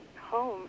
home